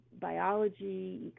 biology